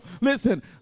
listen